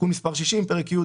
פרק ו'